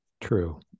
True